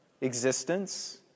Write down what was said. existence